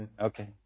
Okay